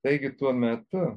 taigi tuo metu